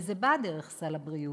וזה בא דרך סל הבריאות